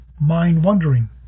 mind-wandering